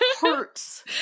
hurts